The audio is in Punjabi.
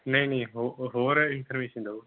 ਨਹੀਂ ਨਹੀਂ ਹੋਰ ਇਨਫਰਮੇਸ਼ਨ ਦਓ